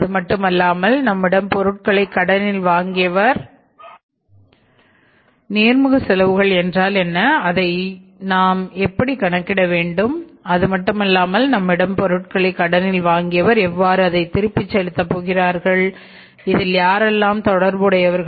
அது மட்டுமல்லாமல் நம்மிடம் பொருட்களை கடனில் வாங்கியவர் எவ்வாறு அதை திருப்பி செலுத்த போகிறார்கள் இதில் யாரெல்லாம் தொடர்புடையவர்கள்